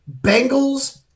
Bengals